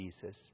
Jesus